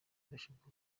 birashoboka